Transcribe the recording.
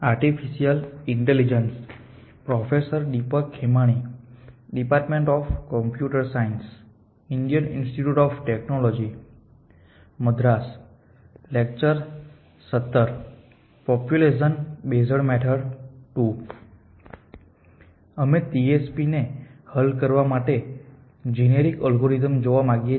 અમે TSP ને હલ કરવા માટે GA જોવા માંગીએ છીએ